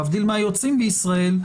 להבדיל מהיוצאים מישראל,